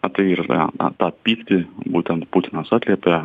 na tai ir yra na tą pyktį būtent putinas atliepia